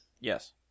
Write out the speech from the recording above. Yes